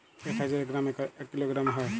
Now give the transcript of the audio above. এক হাজার গ্রামে এক কিলোগ্রাম হয়